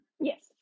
Yes